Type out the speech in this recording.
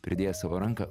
pridėjęs savo ranką